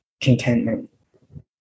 contentment